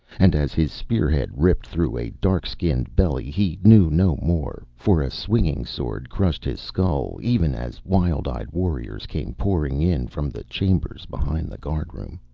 and as his spearhead ripped through a dark-skinned belly he knew no more, for a swinging sword crushed his skull, even as wild-eyed warriors came pouring in from the chambers behind the guardroom.